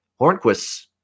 Hornquist